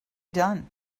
done